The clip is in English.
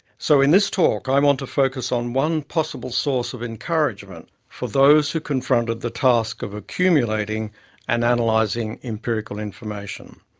so in this talk i want to focus on one possible source of encouragement for those who confronted the task of accumulating and analysing empirical information.